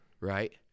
Right